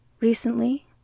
Recently